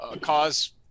cause